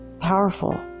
powerful